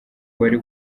wari